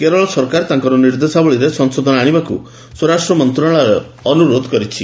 କେରଳ ସରକାର ତାଙ୍କର ନିର୍ଦ୍ଦେଶାବଳୀରେ ସଂଶୋଧନ ଆଶିବାକୁ ସ୍ୱରାଷ୍ଟ୍ର ମନ୍ତ୍ରଣାଳୟ ଅନୁରୋଧ କରିଛି